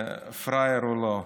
פראייר הוא לא.